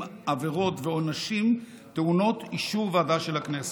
עבירות ועונשים טעונות אישור ועדה של הכנסת.